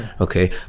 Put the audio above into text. Okay